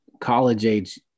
college-age